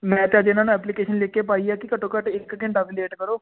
ਮੈਂ ਤਾਂ ਅੱਜ ਇਹਨਾਂ ਨੂੰ ਐਪਲੀਕੇਸ਼ਨ ਲਿਖ ਕੇ ਪਾਈ ਆ ਕਿ ਘੱਟੋ ਘੱਟ ਇੱਕ ਘੰਟਾ ਤਾਂ ਲੇਟ ਕਰੋ